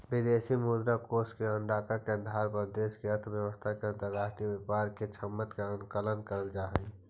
विदेशी मुद्रा कोष के आंकड़ा के आधार पर देश के अर्थव्यवस्था और अंतरराष्ट्रीय व्यापार के क्षमता के आकलन करल जा हई